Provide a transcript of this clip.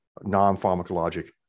non-pharmacologic